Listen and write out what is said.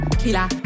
killer